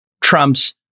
trumps